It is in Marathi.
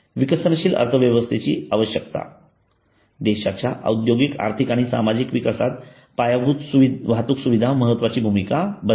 विकसनशील अर्थव्यवस्थेची आवश्यकता देशाच्या औद्योगिक आर्थिक आणि सामाजिक विकासात पायाभूत वाहतूक सुविधा महत्वाची भूमिका बजावते